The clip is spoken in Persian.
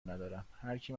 ندارم، هرکی